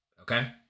Okay